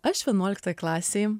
aš vienuoliktoj klasėj